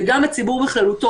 וגם לציבור בכללותו.